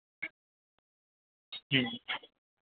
जी